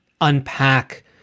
unpack